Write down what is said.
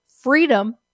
freedom